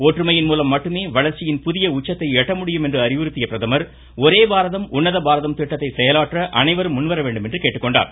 ஒற்றுமையின் மூலம் மட்டுமே வளர்ச்சியின் புதிய உச்சத்தை எட்டமுடியும் என அறிவுறுத்திய பிரதமர் ஒரே பாரதம் உன்னத பாரத திட்டத்தை செயலாற்ற அனைவரும் முன்வர வேண்டும் என்று கேட்டுக் கொண்டார்